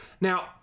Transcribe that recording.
Now